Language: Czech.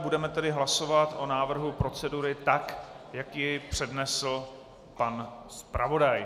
Budeme tedy hlasovat o návrhu procedury tak, jak ji přednesl pan zpravodaj.